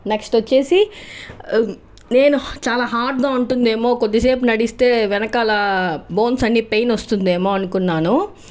next వచ్చి నేను చాలా హార్డ్గా ఉంటుందేమో కొద్దీసేపు నడిస్తే వెనకాల బోన్స్ అన్నిపెయిన్ వస్తుంది ఏమో అనుకున్నాను